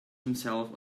himself